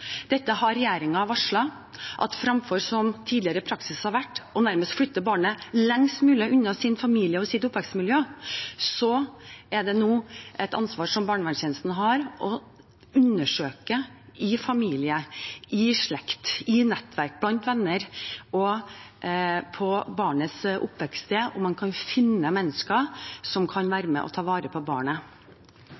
dette har regjeringen varslet. Fremfor, som tidligere praksis har vært, nærmest å flytte barnet lengst mulig unna sin familie og sitt oppvekstmiljø, er det nå et ansvar for barnevernstjenesten å undersøke i familie, i slekt, i nettverk, blant venner på barnets oppvekststed om man kan finne mennesker som kan